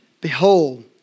Behold